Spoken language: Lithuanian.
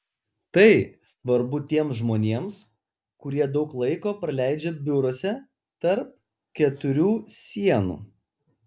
tai svarbu tiems žmonėms kurie daug laiko praleidžia biuruose tarp keturių sienų